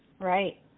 Right